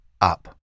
up